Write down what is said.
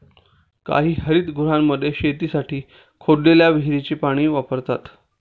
काही हरितगृहांमध्ये शेतीसाठी खोदलेल्या विहिरीचे पाणी वापरतात